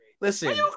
Listen